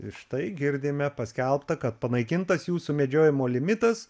štai girdime paskelbta kad panaikintas jų sumedžiojimo limitas